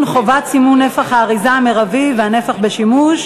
חובת סימון נפח האריזה המרבי והנפח בשימוש),